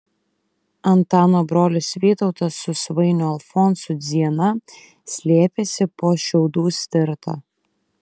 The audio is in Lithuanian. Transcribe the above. antano brolis vytautas su svainiu alfonsu dziena slėpėsi po šiaudų stirta